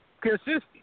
consistent